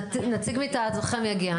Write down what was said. נציג מטעמכם יגיע.